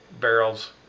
barrels